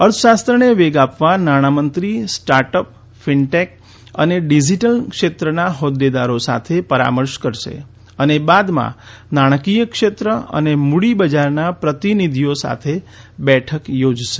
અર્થશાસ્ત્રને વેગ આપવા નાણામંત્રી સ્ટાર્ટઅપ ફીનટેક અને ડીઝીટલ ક્ષેત્રના હોદૃદારો સાથે પરામર્શ કરશે અને બાદમાં નાણાંકીય ક્ષેત્ર અને મુડીબજારના પ્રતીનિધિઓ સાથે બેઠક યોજશે